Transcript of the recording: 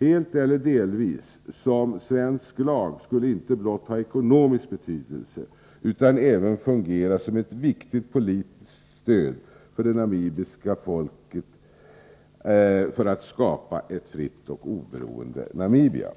helt eller delvis, som svensk lag skulle inte ha blott ekonomisk betydelse utan även fungera som ett viktigt politiskt stöd för det namibiska folket för att skapa ett fritt och oberoende Namibia.